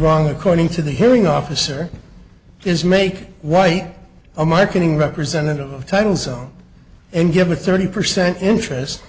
wrong according to the hearing officer is make white a marketing representative of titles and give a thirty percent interest